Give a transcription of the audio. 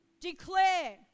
declare